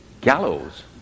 Gallows